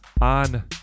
on